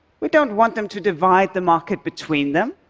we don't want them to divide the market between them.